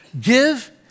Give